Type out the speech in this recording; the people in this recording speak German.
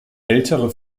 ältere